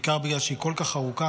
בעיקר בגלל שהיא כל כך ארוכה,